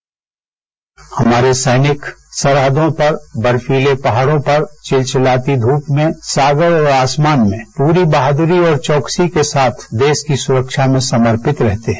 bite हमारे सैनिक सरहदों पर बर्फीले पहाड़ों पर चिलचिलाती ध्रप में सागर और आसमान में पूरी बहादुरी और चौकसी के साथ देश की सुरक्षा में समर्पित रहते हैं